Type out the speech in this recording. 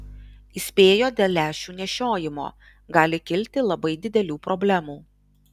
įspėjo dėl lęšių nešiojimo gali kilti labai didelių problemų